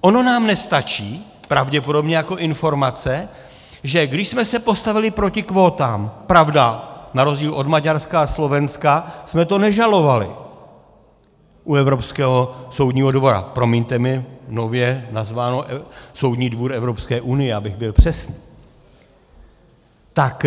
Ono nám nestačí pravděpodobně jako informace, že když jsme se postavili proti kvótám, pravda, na rozdíl od Maďarska a Slovenska jsme to nežalovali u Evropského soudního dvora, promiňte mi, nově nazváno Soudní dvůr Evropské unie, abych byl přesný, tak